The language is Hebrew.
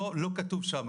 זה לא כתוב את זה שם.